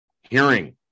hearing